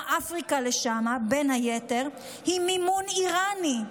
אפריקה לשם בין היתר הוא מימון איראני.